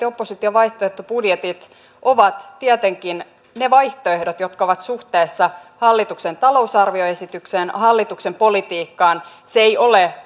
opposition vaihtoehtobudjetit ovat tietenkin ne vaihtoehdot jotka ovat suhteessa hallituksen talousarvioesitykseen hallituksen politiikkaan vaihtoehtobudjetti ei ole